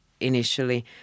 initially